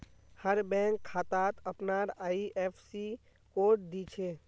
हर bank खातात अपनार IFSC code दि छे